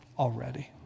already